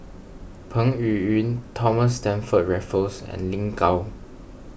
Peng Yuyun Thomas Stamford Raffles and Lin Gao